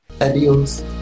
Adios